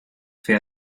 fait